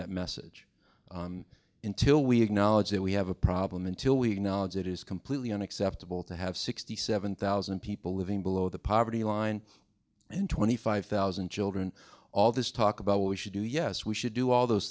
that message until we acknowledge that we have a problem until we have knowledge it is completely unacceptable to have sixty seven thousand people living below the poverty line and twenty five thousand children all this talk about we should do yes we should do all those